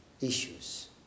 issues